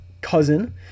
cousin